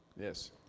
yes